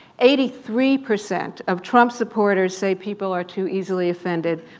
eighty three percent of trump supporters say people are too easily offended,